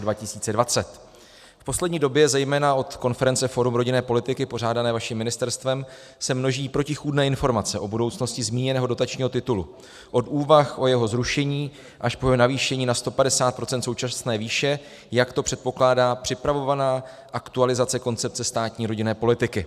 V poslední době zejména od konference Fórum rodinné politiky pořádané vaším ministerstvem se množí protichůdné informace o budoucnosti zmíněného dotačního titulu, od úvah o jeho zrušení až po navýšení na 150 % současné výše, jak to předpokládá připravovaná aktualizace koncepce státní rodinné politiky.